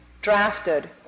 drafted